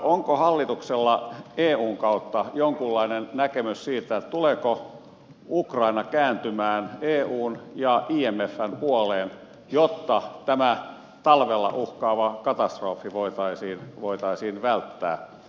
onko hallituksella eun kautta jonkunlainen näkemys siitä tuleeko ukraina kääntymään eun ja imfn puoleen jotta tämä talvella uhkaava katastrofi voitaisiin välttää